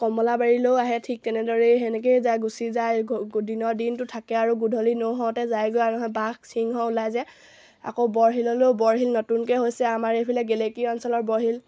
কমলাবাৰীলৈয়ো আহে ঠিক তেনেদৰেই সেনেকৈয়ে যায় গুচি যায় দিনৰ দিনটো থাকে আৰু গধূলি নহওঁতে যায়গৈ আৰু বাঘ সিংহ ওলাই যে আকৌ বৰশিললৈয়ো বৰশিল নতুনকৈ হৈছে আমাৰ এইফালে গেলেকী অঞ্চলৰ বৰশিল